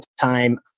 time